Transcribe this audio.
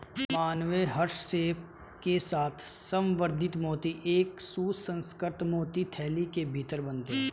मानवीय हस्तक्षेप के साथ संवर्धित मोती एक सुसंस्कृत मोती थैली के भीतर बनते हैं